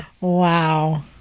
Wow